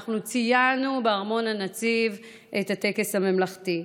אנחנו ציינו בארמון הנציב את הטקס הממלכתי.